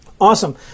Awesome